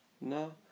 No